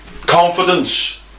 confidence